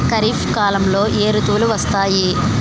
ఖరిఫ్ కాలంలో ఏ ఋతువులు వస్తాయి?